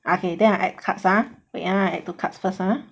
okay then I add to carts ah wait ah add to carts first ah